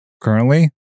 currently